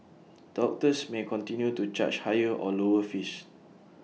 doctors may continue to charge higher or lower fees